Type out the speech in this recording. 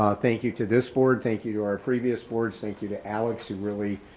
ah thank you to this board. thank you to our previous boards. thank you to alex who really